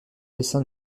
dessin